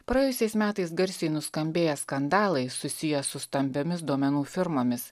praėjusiais metais garsiai nuskambėję skandalai susiję su stambiomis duomenų firmomis